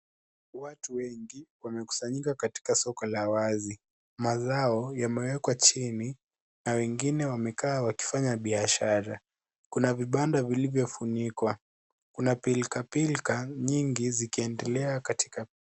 Watu wengi wamekusanyika katika soko la wazi. Mazao yamewekwa chini na wengine wamekaa wakifanya biashara. Kuna vibanda vilivyofunikwa. Kuna pilikapilika nyingi zikiendelea katika.